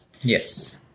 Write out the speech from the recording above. yes